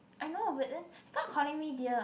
I know but then stop calling me dear